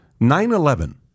9-11